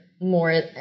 more